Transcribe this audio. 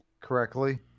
correctly